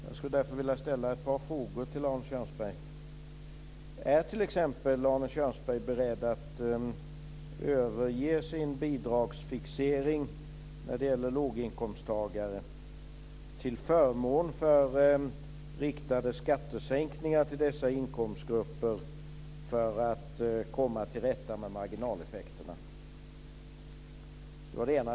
Jag skulle därför vilja ställa ett par frågor till Arne Kjörnsberg. Är Arne Kjörnsberg beredd att överge sin bidragsfixering när det gäller låginkomsttagare till förmån för riktade skattesänkningar till dessa inkomstgrupper för att komma till rätta med marginaleffekterna?